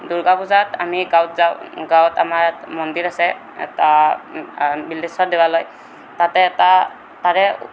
দুৰ্গা পূজাত আমি গাঁৱত যাওঁ গাঁৱত আমাৰ মন্দিৰ আছে এটা বিল্বেশ্বৰ দেৱালয় তাতে এটা তাৰে